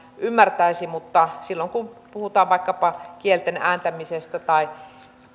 ymmärtäisi mutta silloin kun puhutaan vaikkapa kielten ääntämisestä tai